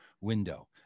window